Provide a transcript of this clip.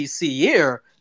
year